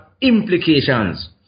implications